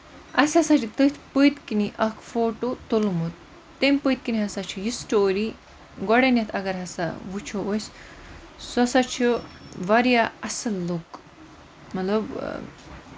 اَسہِ ہسا چھُ تٔتھۍ پٔتۍ کِنی اکھ فوٹو تُلمُت تَمہِ پٔتۍ کِنۍ ہسا چھ یہِ سٔٹوری گۄڈٕ نیتھ اَگر ہسا وٕچھو أسۍ سُہ ہسا چھُ واریاہ اَصٕل لُکھ مطلب